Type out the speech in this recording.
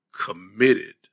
committed